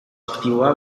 aktiboa